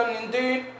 indeed